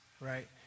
right